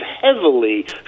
heavily